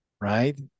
Right